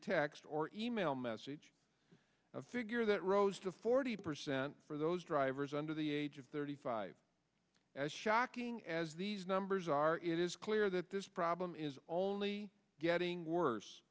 text or e mail message of figure that rose to forty percent for those drivers under the age of thirty five as shocking as these numbers are it is clear that this problem is only getting worse